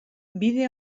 bide